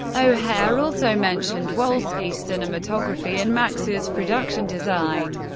o'hehir also mentioned wolski's cinematography and max's production design.